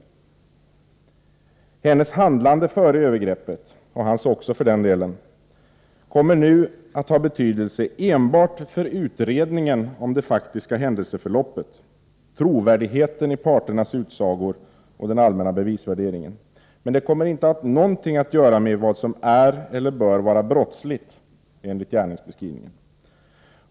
Hennes handlande före övergreppet — och hans också för den delen — kommer nu att ha betydelse enbart för utredningen om det faktiska händelseförloppet, trovärdigheten i parternas utsagor och den allmänna bevisvärderingen, men det kommer inte att ha någonting att göra med vad som är eller bör vara brottsligt enligt gärningsbeskrivningen.